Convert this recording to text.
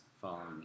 following